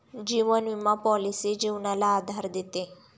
जीवन विमा पॉलिसी जीवनाला आधार देते